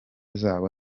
zabo